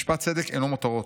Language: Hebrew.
משפט צדק אינו מותרות.